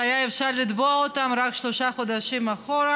שהיה אפשר לתבוע אותן רק שלושה חודשים אחורה,